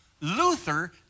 Luther